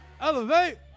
Elevate